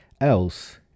else